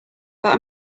but